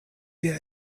via